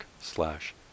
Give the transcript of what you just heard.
slash